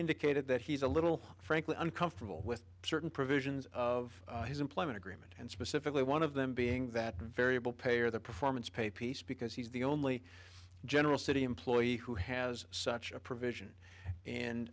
indicated that he's a little frankly uncomfortable with certain provisions of his employment agreement and specifically one of them being that variable pay or the performance pay piece because he's the only general city employee who has such a provision and